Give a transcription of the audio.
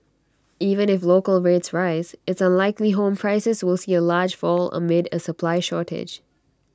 even if local rates rise it's unlikely home prices will see A large fall amid A supply shortage